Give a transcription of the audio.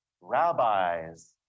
rabbis